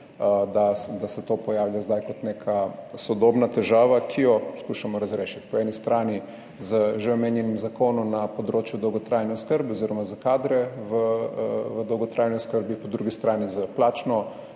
da se to pojavlja zdaj kot neka sodobna težava, ki jo skušamo razrešiti, po eni strani z že omenjenim zakonom na področju dolgotrajne oskrbe oziroma za kadre v dolgotrajni oskrbi, po drugi strani s plačno